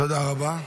תודה רבה.